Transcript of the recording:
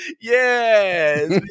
Yes